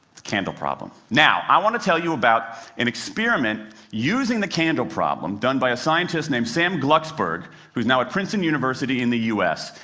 the candle problem. now, i want to tell you about an experiment using the candle problem done by a scientist named sam glucksberg who now at princeton university in the u s.